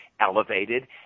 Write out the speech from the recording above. elevated